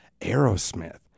Aerosmith